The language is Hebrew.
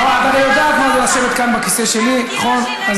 את הרי יודעת מה זה לשבת כאן בכיסא שלי, נכון?